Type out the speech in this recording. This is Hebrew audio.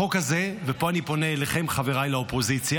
החוק הזה, ופה אני פונה אליכם, חבריי לאופוזיציה,